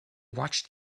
watched